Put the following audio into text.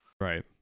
right